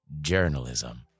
journalism